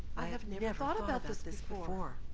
i have never yeah thought about this this before.